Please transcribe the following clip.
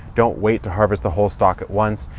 don't wait to harvest the whole stalk at once.